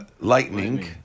Lightning